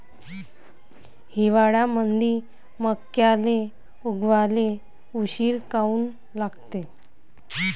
हिवाळ्यामंदी मक्याले उगवाले उशीर काऊन लागते?